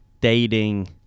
dating